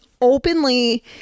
openly